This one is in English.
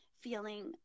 feeling